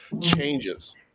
changes